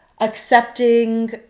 accepting